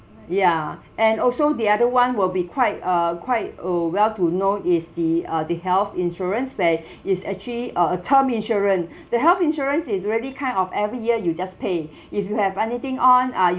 ya and also the other [one] will be quite a quite a well to known is the uh the health insurance where is actually a term insurance the health insurance is really kind of every year you just pay if you have anything on ah